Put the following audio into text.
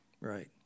Right